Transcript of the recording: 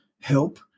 help